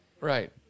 Right